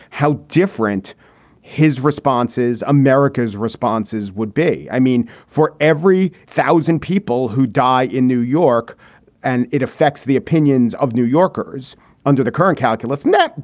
how different his responses, america's responses would be. i mean, for every thousand people who die in new york and it affects the opinions of new yorkers under the current calculus map,